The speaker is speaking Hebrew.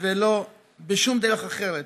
ולא בשום דרך אחרת.